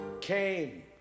came